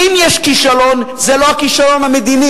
ואם יש כישלון, זה לא הכישלון המדיני,